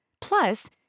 Plus